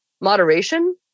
moderation